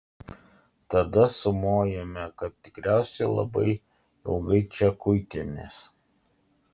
tada sumojome kad tikriausiai labai ilgai čia kuitėmės